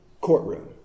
courtroom